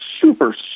super